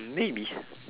maybe